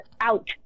out